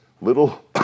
little